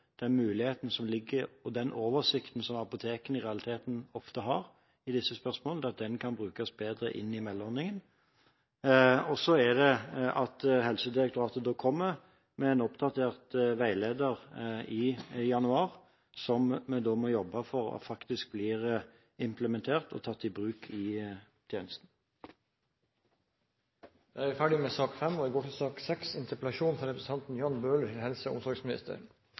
den oversikten som apotekene i realiteten ofte har i disse spørsmålene, til å fungere bedre, slik at den kan brukes bedre inn i meldeordningen. Et tredje tiltak er at Helsedirektoratet kommer med en oppdatert veileder i januar, som vi må jobbe for at faktisk blir implementert og tatt i bruk i tjenesten. Flere har ikke bedt om ordet til sak nr. 5. Temaet for denne interpellasjonen er kapasitetsproblemene ved sykehusene i hovedstadsområdet i dag og